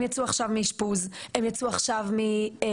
הם יצאו עכשיו מאשפוז, הם יצאו עכשיו מטיפול.